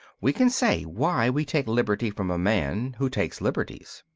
we can say why we take liberty from a man who takes liberties.